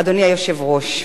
אדוני היושב-ראש,